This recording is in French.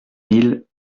mille